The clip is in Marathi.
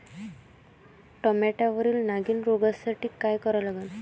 टमाट्यावरील नागीण रोगसाठी काय करा लागन?